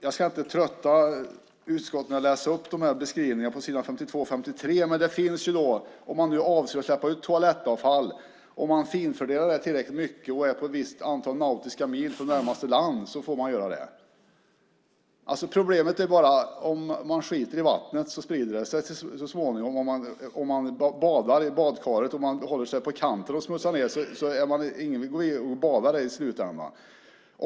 Jag ska inte trötta utskottet med att läsa upp beskrivningarna på s. 52-53, men om man avser att släppa ut toalettavfall får man göra det om man finfördelar det tillräckligt mycket och är ett visst antal nautiska mil från närmaste land. Problemet är bara att om man skiter i vattnet så sprider det sig så småningom. Om man badar i badkaret och håller sig på kanten och smutsar ned vill ju ingen gå i och bada där i slutändan.